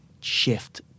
shift